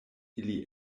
ili